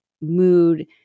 mood